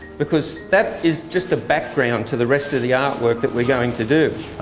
because that is just a background to the rest of the art work that we're going to do.